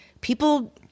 people